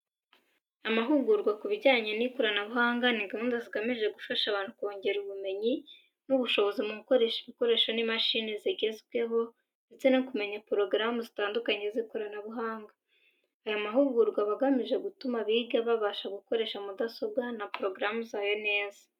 Amahugurwa ku bijyanye n'ikoranabuhanga ni gahunda zigamije gufasha abantu kongera ubumenyi n'ubushobozi mu gukoresha ibikoresho n'imashini zigezweho, ndetse no kumenya porogaramu zitandukanye z'ikoranabuhanga. Aya mahugurwa aba agamije gutuma abiga babasha gukoresha mudasobwa na porogaramu zayo neza.